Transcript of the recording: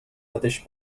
mateix